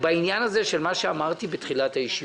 בעניין מה שאמרתי בתחילת הישיבה.